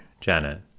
Janet